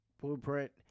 Blueprint